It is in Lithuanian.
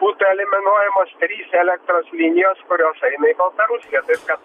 būtų eliminuojamos trys elektros linijos kurios eina į baltarusiją taip kad